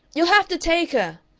you'll have to take her!